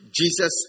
Jesus